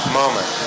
moment